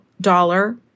dollar